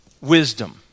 wisdom